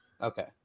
Okay